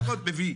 הוא לפחות מביא.